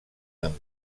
amb